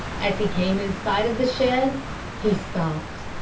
as he came in sight of the shed he stopped.